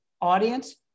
audience